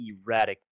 erratic